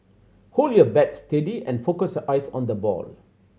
hold your bat steady and focus eyes on the ball